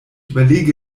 überlege